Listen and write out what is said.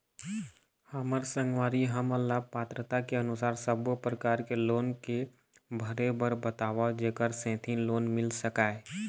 हमर संगवारी हमन ला पात्रता के अनुसार सब्बो प्रकार के लोन के भरे बर बताव जेकर सेंथी लोन मिल सकाए?